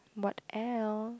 what else